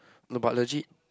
no but legit